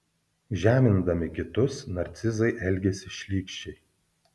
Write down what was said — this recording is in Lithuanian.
žemindami kitus narcizai elgiasi šlykščiai